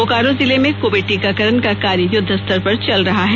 बोकारो जिले में कोविड टीकाकरण का कार्य युद्धस्तर पर चल रहा है